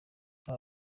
aba